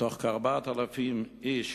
מתוך כ-4,000 איש